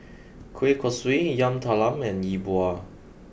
Kueh Kosui Yam Talam and Yi Bua